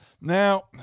Now